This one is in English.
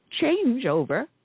changeover